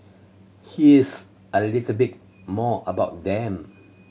here's a little bit more about them